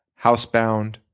Housebound